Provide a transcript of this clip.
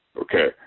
Okay